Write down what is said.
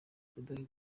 perezida